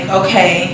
okay